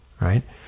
right